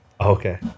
Okay